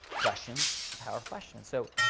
questions the power of questions. so,